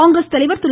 காங்கிரஸ் தலைவர் திரு